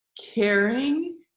Caring